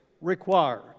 required